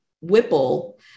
Whipple